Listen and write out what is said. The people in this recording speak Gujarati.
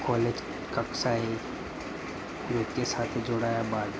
કોલેજ કક્ષાએ નૃત્ય સાથે જોડાયા બાદ